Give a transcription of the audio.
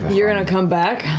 you're going to come back?